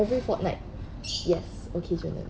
every fortnight yes occasionally